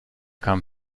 kam